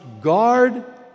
guard